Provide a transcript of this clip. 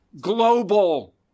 global